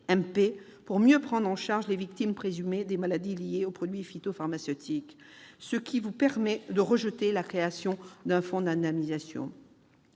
AT-MP pour mieux prendre en charge les victimes présumées des maladies liées aux produits phytopharmaceutiques, ce qui justifie, selon vous, de rejeter la création d'un fonds d'indemnisation.